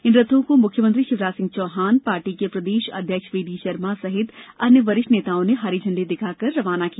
इन रथों को मुख्यमंत्री शिवराज सिंह चौहान पार्टी के प्रदेश अध्यक्ष वीडी शर्मा सहित अन्य वरिष्ठ नेताओं ने हरी झंडी दिखाकर रवाना किया